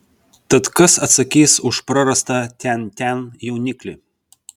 tad kas atsakys už prarastą tian tian jauniklį